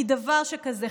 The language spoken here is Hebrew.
/ כי דבר שכזה,